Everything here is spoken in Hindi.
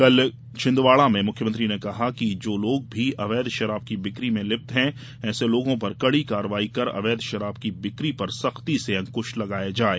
कल छिंदवाड़ा में मुख्यमंत्री ने कहा कि जो लोग भी अवैध शराब की बिक्री में लिप्त हैं ऐसे लोगों पर कड़ी कार्यवाही कर अवैध शराब की बिक्री पर सख्ती से अंकुश लगाया जाये